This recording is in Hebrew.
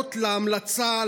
להיענות להמלצה,